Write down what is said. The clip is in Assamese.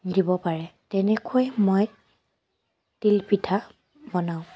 দিব পাৰে তেনেকৈ মই তিলপিঠা বনাওঁ